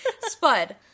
Spud